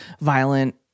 violent